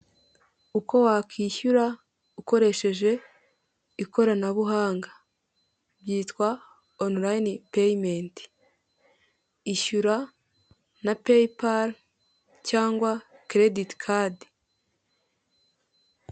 Uko wakwishyura ukoresheje ikoranabuhanga byitwa online payment, ishyura na PayPal cyangwa Credit Card.